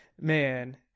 Man